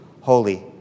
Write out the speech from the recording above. holy